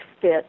fit